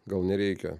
gal nereikia